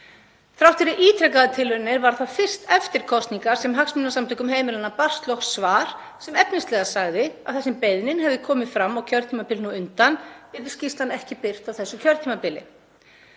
Þrátt fyrir ítrekaðar tilraunir var það fyrst eftir kosningar sem Hagsmunasamtökum heimilanna barst loks svar sem efnislega sagði að þar sem beiðnin hefði komið fram á kjörtímabilinu á undan yrði skýrslan ekki birt á þessu kjörtímabili.